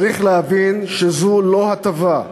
צריך להבין שזאת לא הטבה,